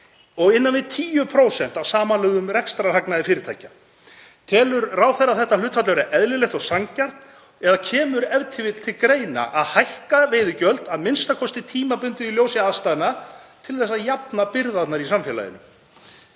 og innan við 10% af samanlögðum rekstrarhagnaði fyrirtækja. Telur ráðherra þetta hlutfall vera eðlilegt og sanngjarnt eða kemur ef til vill til greina að hækka veiðigjöld, a.m.k. tímabundið, í ljósi aðstæðna til að jafna byrðarnar í samfélaginu?